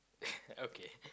okay